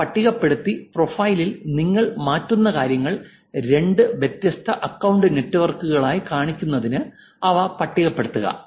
ഇവ പട്ടികപ്പെടുത്തി പ്രൊഫൈലിൽ നിങ്ങൾ മാറ്റുന്ന കാര്യങ്ങൾ രണ്ട് വ്യത്യസ്ത അക്കൌണ്ട് നെറ്റ്വർക്കുകളായി കാണുന്നതിന് അവ പട്ടികപ്പെടുത്തുക